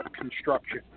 construction